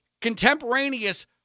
contemporaneous